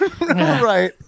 right